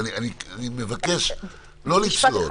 אני מבקש לא לצלול.